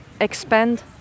expand